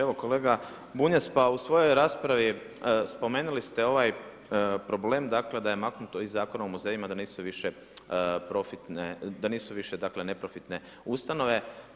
Evo, kolega Bunjac, pa u svojoj raspravi, spomenuli ste ovaj problem dakle, da je maknuto i Zakonom o muzejima da nisu više profitne, da nisu više dakle, neprofitne ustanove.